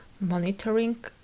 monitoring